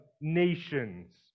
nations